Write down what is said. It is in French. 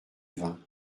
vins